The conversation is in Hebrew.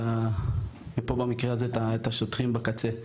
ובמקרה הזה את השוטרים בקצה.